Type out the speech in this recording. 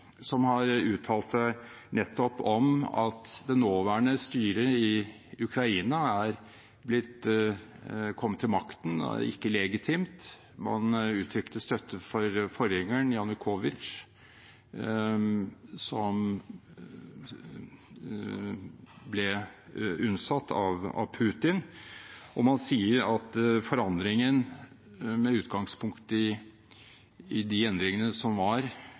som har uttalt seg om at det nåværende styret i Ukraina ikke kom legitimt til makten. Man uttrykte støtte til forgjengeren Janukovitsj, som ble innsatt av Putin, og man sier at forandringen, med utgangspunkt i det som skjedde på Majdan-plassen, var